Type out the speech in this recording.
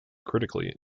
critically